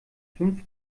fünf